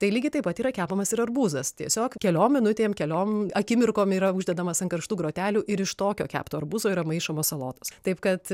tai lygiai taip pat yra kepamas ir arbūzas tiesiog keliom minutėm keliom akimirkom yra uždedamas ant karštų grotelių ir iš tokio kepto arbūzo yra maišomos salotos taip kad